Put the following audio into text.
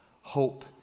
hope